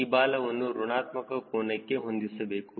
ಈ ಬಾಲವನ್ನು ಋಣಾತ್ಮಕ ಕೋನಕ್ಕೆ ಹೊಂದಿಸಬೇಕು